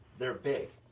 they're big.